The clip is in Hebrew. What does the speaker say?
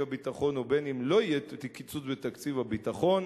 הביטחון ובין אם לא יהיה קיצוץ בתקציב הביטחון,